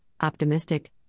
optimistic